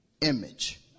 image